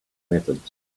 methods